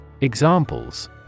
Examples